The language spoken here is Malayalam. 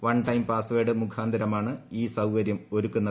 വൺ ടൈം പാസ്വേഡ് മുഖാന്തിരമാണ് ഈ സൌകരൃം ഒരുക്കുന്നത്